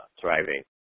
thriving